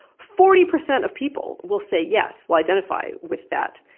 forty percent of people will say yes, will identify with that.